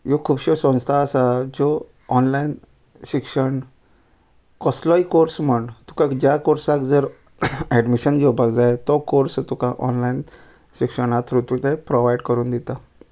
ह्यो खुबश्यो संस्था आसा ज्यो ऑनलायन शिक्षण कोसलोय कोर्स म्हण तुकाक ज्या कोर्साक जर एडमिशन घेवपाक जाय तो कोर्स तुका ऑनलायन शिक्षणा त्रू ते प्रॉवायड करून दिता